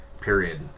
period